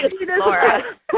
Laura